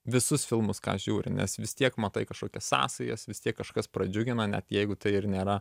visus filmus ką žiūri nes vis tiek matai kažkokias sąsajas vis tiek kažkas pradžiugina net jeigu tai ir nėra